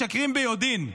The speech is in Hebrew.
משקרים ביודעין,